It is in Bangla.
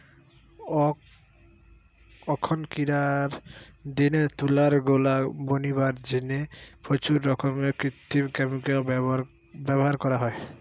অখনকিরার দিনে তুলার গোলা বনিবার জিনে প্রচুর রকমের কৃত্রিম ক্যামিকাল ব্যভার করা হয়